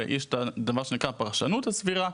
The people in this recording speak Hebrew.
ויש את המונח של ׳פרשנות סבירה׳,